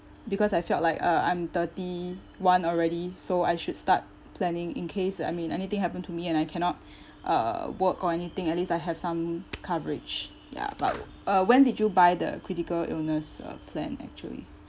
because I felt like uh I'm thirty one already so I should start planning in case uh I mean anything happen to me and I cannot uh work or anything at least I have some coverage ya but uh when did you buy the critical illness uh plan actually